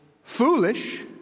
Foolish